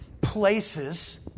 places